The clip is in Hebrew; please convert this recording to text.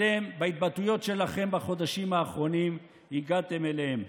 אתם בהתבטאויות שלכם בחודשים האחרונים הגעתם אליהן.